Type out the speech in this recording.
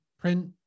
print